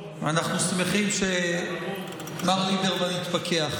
אנחנו שמחים שמר ליברמן התפכח.